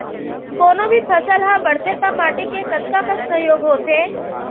कोनो भी फसल हा बड़थे ता माटी के कतका कन सहयोग होथे?